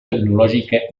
tecnològica